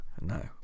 No